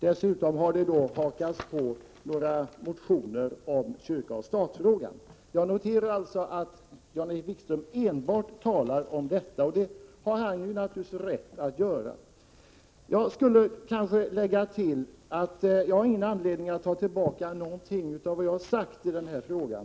Dessutom har man hakat på några motioner om kyrka-stat-frågan. Jag noterar alltså att Jan-Erik Wikström enbart talar om detta, och det har han naturligtvis rätt att göra. Jag har ingen anledning att ta tillbaka någonting av vad jag har sagt i den här frågan.